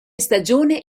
stagione